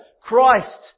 Christ